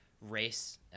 race